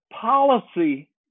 policy